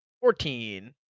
Fourteen